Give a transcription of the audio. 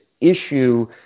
issue